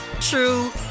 true